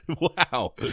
wow